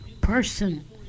person